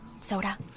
Soda